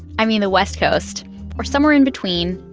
i mean, the west coast or somewhere in between,